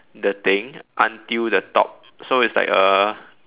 the thing until the top so it's like a